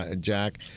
Jack